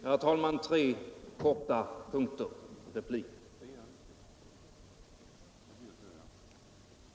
Herr talman! Jag vill replikera på tre saker.